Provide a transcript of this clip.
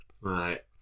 right